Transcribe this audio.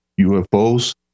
UFOs